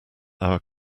our